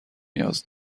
نیاز